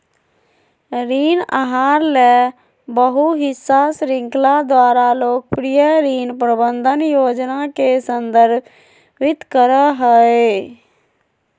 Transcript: ऋण आहार ले बहु हिस्सा श्रृंखला द्वारा लोकप्रिय ऋण प्रबंधन योजना के संदर्भित करय हइ